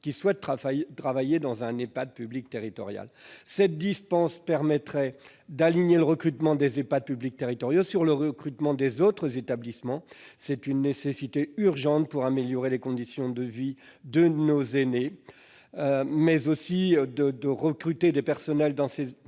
qui souhaitent travailler dans un Ehpad public territorial. Cette dispense permettrait d'aligner le recrutement des Ehpad publics territoriaux sur le recrutement des autres établissements. C'est une nécessité urgente pour améliorer les conditions de vie de nos aînés, mais aussi pour faciliter le recrutement de ces